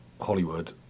Hollywood